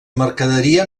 mercaderia